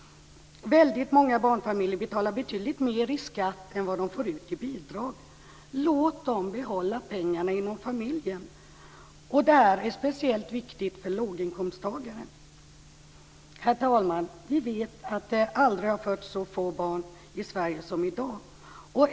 Väldigt många barnfamiljer betalar betydligt mer i skatt än vad de får ut i bidrag. Låt dem behålla pengarna inom familjen! Detta är speciellt viktigt för låginkomsttagare. Herr talman! Vi vet att det aldrig har fötts så få barn i Sverige som i dag.